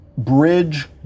bridge